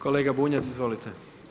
Kolega Bunjac, izvolite.